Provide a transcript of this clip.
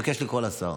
אני מבקש לקרוא לשר.